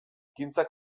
ekintza